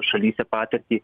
šalyse patirtį